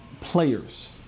players